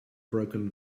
broken